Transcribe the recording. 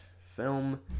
film